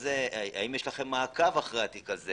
האם יש לכם מעקב אחרי התיק הזה?